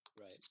Right